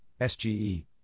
SGE